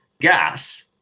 gas